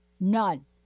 none